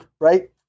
right